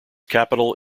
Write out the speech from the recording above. capital